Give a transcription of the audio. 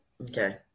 Okay